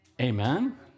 Amen